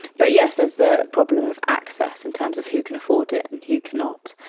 but yes, there's the problem of access in terms of who can afford it and who cannot.